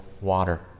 water